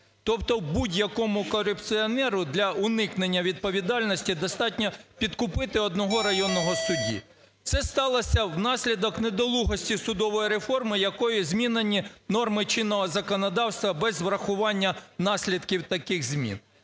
Тобто будь-якому корупціонеру для уникнення відповідальності достатньо підкупити одного районного судді. Це сталося внаслідок недолугості судової реформи, якою змінені норми чинного законодавства без врахування наслідків таких змін.